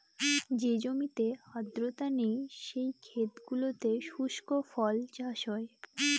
যে জমিতে আর্দ্রতা নেই, সেই ক্ষেত গুলোতে শুস্ক ফসল চাষ হয়